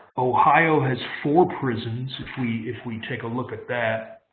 ohio has four prisons, if we if we take a look at that.